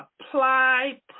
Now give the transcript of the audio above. apply